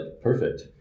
perfect